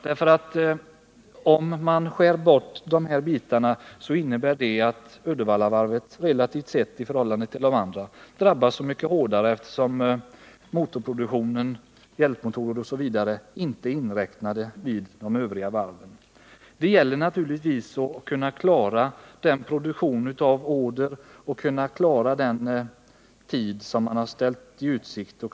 Skär man bort dessa bitar, innebär det att Uddevallavarvet relativt sett i förhållande till de övriga varven drabbas hårdare, eftersom produktionen av motorer och hjälpmotorer inte är inräknad beträffande övriga varv. Det gäller naturligtvis att kunna klara den produktionen under den tid som man har ställt i utsikt.